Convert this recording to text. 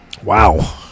Wow